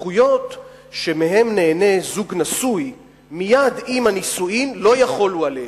הזכויות שמהן נהנה זוג נשוי מייד עם הנישואים לא יחולו עליהם.